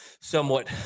somewhat